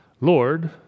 Lord